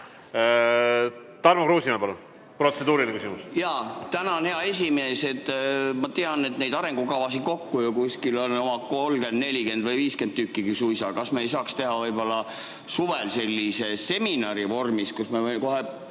Tarmo Kruusimäe, palun, protseduuriline küsimus!